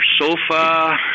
sofa